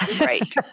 Right